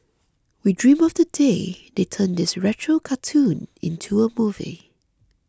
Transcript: we dream of the day they turn this retro cartoon into a movie